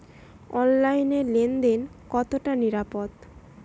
অনলাইনে লেন দেন কতটা নিরাপদ?